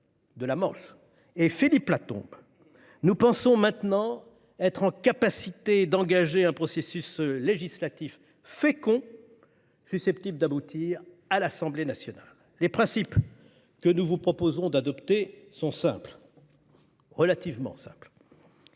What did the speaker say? de la Manche ! -et Philippe Latombe. Nous pensons maintenant être en mesure d'engager un processus législatif fécond, susceptible d'aboutir à l'Assemblée nationale. Les principes que nous vous proposons d'adopter sont relativement simples.